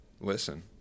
listen